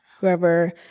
whoever